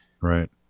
right